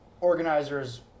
organizers